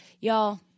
y'all